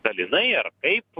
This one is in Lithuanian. dalinai ar kaip